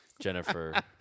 Jennifer